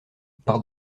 par